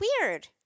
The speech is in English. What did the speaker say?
weird